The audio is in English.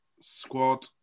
squad